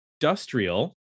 industrial